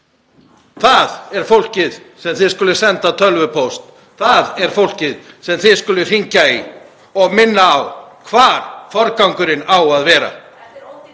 Það er fólkið sem þið skuluð senda tölvupóst. Það er fólkið sem þið skuluð hringja í og minna á hver forgangurinn á að vera.